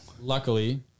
luckily